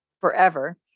forever